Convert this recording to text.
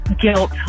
guilt